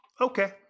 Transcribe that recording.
Okay